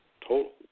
total